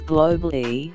Globally